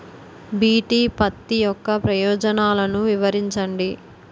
BT పత్తి యొక్క ప్రయోజనాలను వివరించండి?